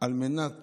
על מנת